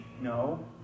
No